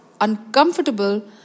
uncomfortable